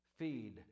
Feed